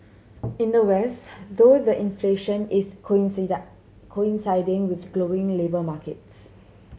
in the West though the inflation is coinciding with glowing labour markets